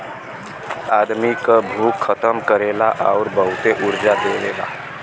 आदमी क भूख खतम करेला आउर बहुते ऊर्जा देवेला